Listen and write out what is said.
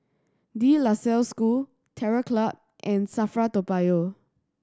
De La Salle School Terror Club and SAFRA Toa Payoh